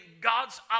God's